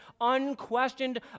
unquestioned